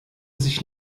sich